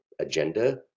agenda